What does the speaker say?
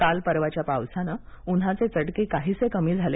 काल परवाच्या पावसानं उन्हाचे चटके काहीसे कमी झाले